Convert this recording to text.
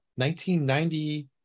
1990